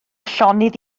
llonydd